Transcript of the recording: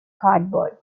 cardboard